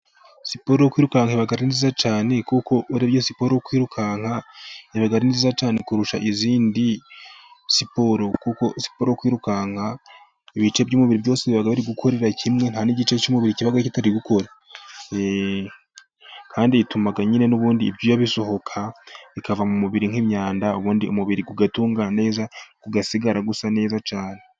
Siporo yo kwirukanka iba ari nziza cyane kuko urebye, siporo yo kwirukanka iba ari nziza cyane kurusha izindi, siporo yo kwirukanka ibice by'umubiri byose biba biri gukorera rimwe, nta n'igice cy'umuburi kiba kitari gukora Kandi ituma nyine n'ubundi ibyuya, bisohoka bikava mu mubiri nk'imyanda ubundi umubiri ugatungana neza, ugasigara usa neza cyane.